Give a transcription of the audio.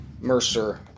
Mercer